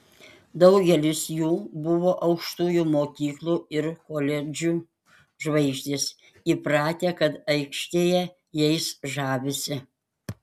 daugelis jų buvo aukštųjų mokyklų ir koledžų žvaigždės įpratę kad aikštėje jais žavisi